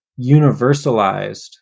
universalized